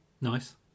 Nice